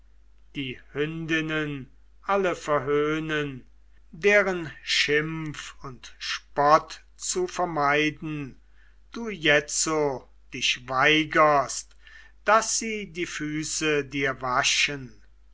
die hündinnen alle verhöhnen deren schimpf und spott zu vermeiden du jetzo dich weigerst daß sie die füße dir waschen